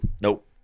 Nope